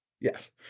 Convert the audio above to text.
Yes